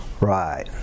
Right